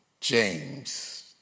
James